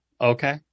Okay